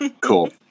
Cool